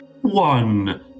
one